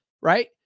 right